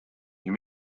you